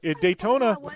Daytona